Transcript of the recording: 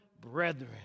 brethren